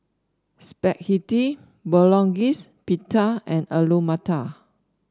Spaghetti Bolognese Pita and Alu Matar